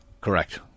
Correct